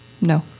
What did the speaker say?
No